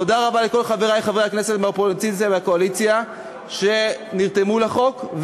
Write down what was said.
תודה רבה לכל חברי חברי כנסת מהאופוזיציה ומהקואליציה שנרתמו לחוק.